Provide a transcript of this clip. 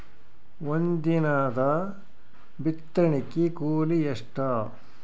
ಒಂದಿನದ ಬಿತ್ತಣಕಿ ಕೂಲಿ ಎಷ್ಟ?